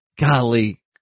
Golly